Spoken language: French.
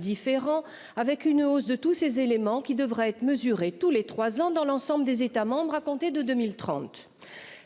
différent avec une hausse de tous ces éléments qui devra être mesuré tous les 3 ans dans l'ensemble des États membres, à compter de 2030.